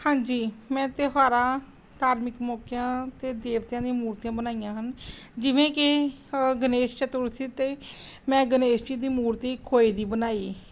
ਹਾਂਜੀ ਮੈਂ ਤਿਉਹਾਰਾਂ ਧਾਰਮਿਕ ਮੌਕਿਆਂ 'ਤੇ ਦੇਵਤਿਆਂ ਦੀ ਮੂਰਤੀਆਂ ਬਣਾਈਆਂ ਹਨ ਜਿਵੇਂ ਕਿ ਗਣੇਸ਼ ਚਤੁਰਤੀ 'ਤੇ ਮੈਂ ਗਣੇਸ਼ ਜੀ ਦੀ ਮੂਰਤੀ ਖੋਏ ਦੀ ਬਣਾਈ